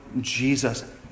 Jesus